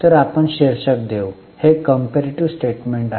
तर आपण शीर्षक देऊ हे कंपेरीटीव्ह स्टेटमेंट आहे